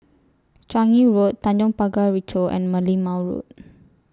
Changi Road Tanjong Pagar Ricoh and Merlimau Road